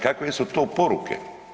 Kakve su to poruke?